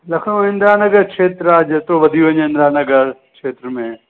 लखनऊ इन्द्रा नगर क्षेत्र आहे जेतिरो वधी वञनि इन्द्रा नगर क्षेत्र में